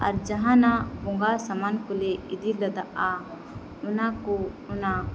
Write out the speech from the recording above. ᱟᱨ ᱡᱟᱦᱟᱱᱟᱜ ᱵᱚᱸᱜᱟ ᱥᱟᱢᱟᱱᱠᱚᱞᱮ ᱤᱫᱤᱞᱮᱫᱟᱼᱟ ᱚᱱᱟᱠᱚ ᱚᱱᱟ